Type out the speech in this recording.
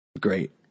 Great